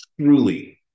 truly